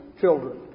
children